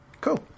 Cool